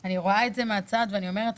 אני רואה את זה מהצד ואני אומרת,